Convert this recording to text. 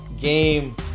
game